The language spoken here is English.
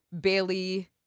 Bailey